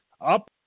up